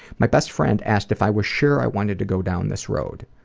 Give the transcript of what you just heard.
my best friend asked if i was sure i wanted to go down this road.